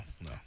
No